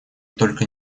только